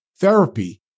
Therapy